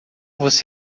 você